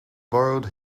borrowed